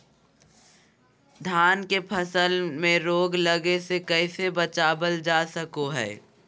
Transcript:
धान के फसल में रोग लगे से कैसे बचाबल जा सको हय?